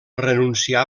renuncià